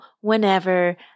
whenever